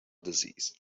disease